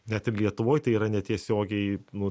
net ir lietuvoj tai yra netiesiogiai nu